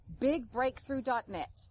BigBreakthrough.net